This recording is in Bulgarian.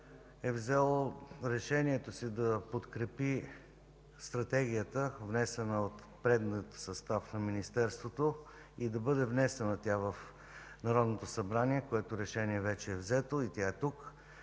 е взело решение да подкрепи Стратегията, внесена от предния състав на Министерството, и тя да бъде внесена в Народното събрание. Решението вече е взето, и тя е тук